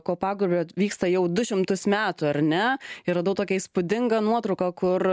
kopagūbrio vyksta jau du šimtus metų ar ne ir radau tokią įspūdingą nuotrauką kur